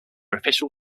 official